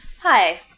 Hi